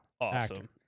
awesome